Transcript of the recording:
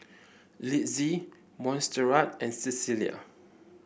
Litzy Montserrat and Cecelia